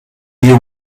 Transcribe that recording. you